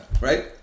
right